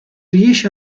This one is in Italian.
riesce